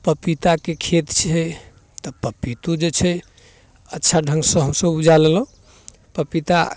पपीताके खेत छै तऽ पपितो जे छै अच्छा ढङ्गसँ हमसब उपजा लेलहुँ पपीता